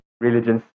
religions